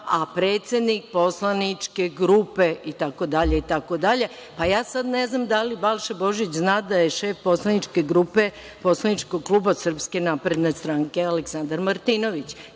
a predsednik poslaničke grupe itd, itd. Ja sad ne znam da li Balša Božović zna da je šef poslaničke grupe poslaničkog kluba SNS Aleksandar Martinović?